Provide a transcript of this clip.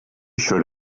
should